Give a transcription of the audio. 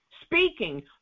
Speaking